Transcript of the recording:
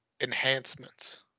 enhancements